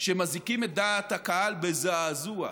שמזעיקים את דעת הקהל בזעזוע.